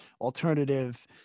alternative